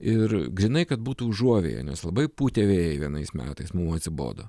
ir grynai kad būtų užuovėja nes labai pūtė vėjai vienais metais mum atsibodo